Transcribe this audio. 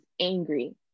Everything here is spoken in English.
angry